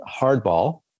Hardball